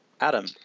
Adam